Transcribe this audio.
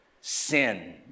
sin